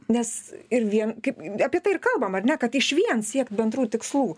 nes ir vien kaip apie tai ir kalbam ar ne kad išvien siekt bendrų tikslų